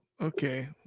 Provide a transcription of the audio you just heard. okay